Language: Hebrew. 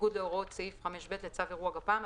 בניגוד להוראות סעיף 5(ב) לצו אירוע גפ"מ,